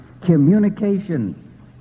communication